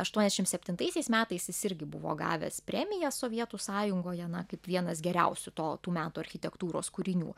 aštuoniasdešim septintaisiais metais jis irgi buvo gavęs premiją sovietų sąjungoje na kaip vienas geriausių to meto architektūros kūrinių